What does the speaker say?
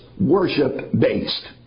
worship-based